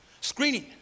screening